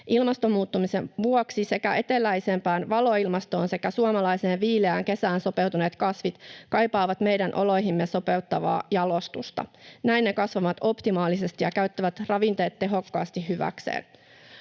Ilmaston muuttumisen vuoksi sekä eteläisempään valoilmastoon että suomalaiseen viileään kesään sopeutuneet kasvit kaipaavat meidän oloihimme sopeuttavaa jalostusta. Näin ne kasvavat optimaalisesti ja käyttävät ravinteet tehokkaasti hyväkseen.